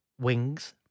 Wings